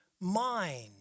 mind